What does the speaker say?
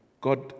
God